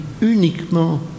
uniquement